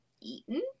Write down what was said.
eaten